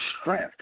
strength